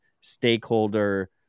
stakeholder